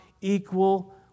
equal